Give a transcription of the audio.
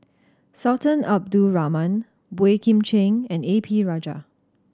Sultan Abdul Rahman Boey Kim Cheng and A P Rajah